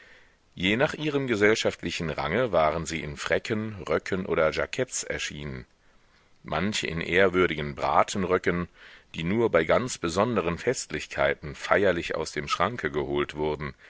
je nach ihrem gesellschaftlichen range waren sie in fräcken röcken oder jacketts erschienen manche in ehrwürdigen bratenröcken die nur bei ganz besonderen festlichkeiten feierlich aus dem schranke geholt wurden